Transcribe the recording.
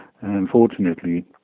Unfortunately